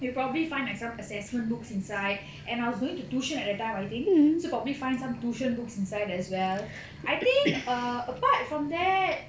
you probably find like some assessment books inside and I was going to tuition at that time I think so probably find some tuition books inside as well I think err apart from that